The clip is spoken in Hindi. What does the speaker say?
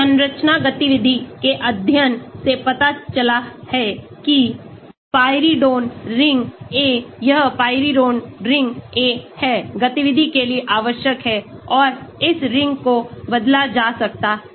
संरचना गतिविधि के अध्ययन से पता चला है कि पाइरिडोन रिंग A यह पाइरिडोन रिंग A है गतिविधि के लिए आवश्यक है और इस रिंग को बदला जा सकता है